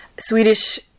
Swedish